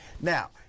Now